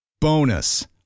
Bonus